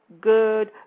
good